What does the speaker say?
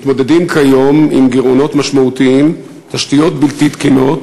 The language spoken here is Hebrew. מתמודדים כיום עם גירעונות משמעותיים ותשתיות בלתי תקינות,